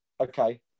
Okay